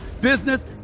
business